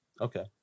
Okay